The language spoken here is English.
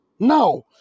Now